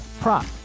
prop